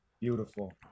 Beautiful